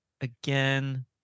again